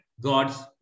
God's